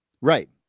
Right